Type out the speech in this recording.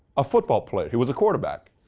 a football player. he was a quarterback.